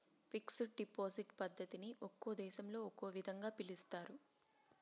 fixed deposit పద్ధతిని ఒక్కో దేశంలో ఒక్కో విధంగా పిలుస్తారు